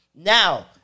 Now